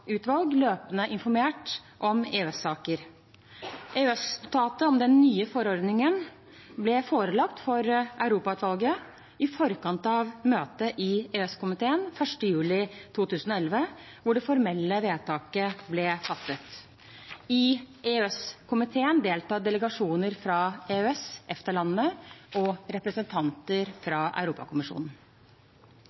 løpende informert om EØS-saker. EØS-notatet om den nye forordningen ble forelagt Europautvalget i forkant av møtet i EØS-komiteen 1. juli 2011, hvor det formelle vedtaket ble fattet. I EØS-komiteen deltar delegasjoner fra EØS- og EFTA-landene og representanter